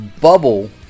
Bubble